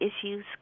issues